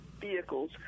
vehicles